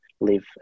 live